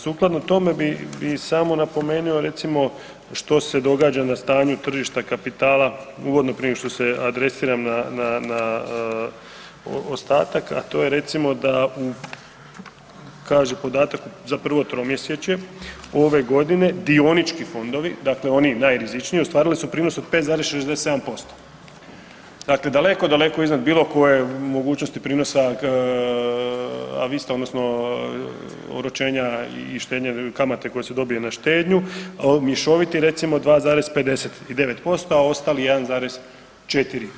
Sukladno tome bi, bi samo napomenuo recimo što se događa na stanju tržišta kapitala uvodno prije nego što se adresiram na, na, na ostatak, a to je recimo da u, kaže podataka za prvo tromjesečje ove godine dionički fondovi dakle oni najrizičniji ostvarili su prinos od 5,67%, dakle daleko, daleko iznad bilo koje mogućnosti prinosa, a vi ste odnosno oročenja i štednje kamate koja se dobije na štednju mješoviti recimo 2,59%, a ostali 1,4%